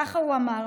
ככה הוא אמר.